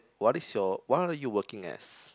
what is your what are you working as